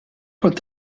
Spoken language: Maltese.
kont